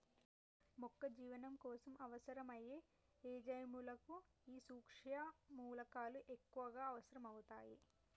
మొక్క జీవనం కోసం అవసరం అయ్యే ఎంజైముల కు ఈ సుక్ష్మ మూలకాలు ఎక్కువగా అవసరం అవుతాయి